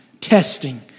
testing